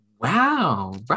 Wow